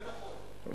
זה נכון.